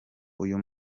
uyu